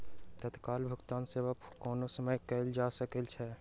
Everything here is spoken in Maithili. तत्काल भुगतान सेवा कोनो समय कयल जा सकै छै